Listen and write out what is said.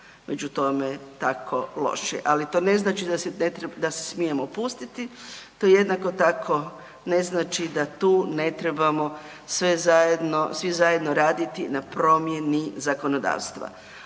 među tome tako loši, ali to ne znači da se smijemo opustiti. To jednako tako ne znači da tu ne trebamo sve zajedno, svi zajedno raditi na promjeni zakonodavstva.